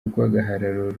rw’agahararo